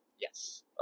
Yes